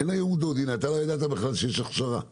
לא ידעת שיש הכשרה בכלל.